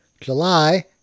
July